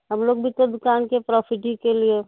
ہم لوگ بھی تو دکان کے پرافٹ ہی کے لیے